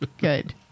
good